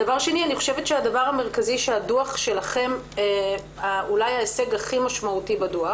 דבר שני, אולי ההישג הכי משמעותי בדוח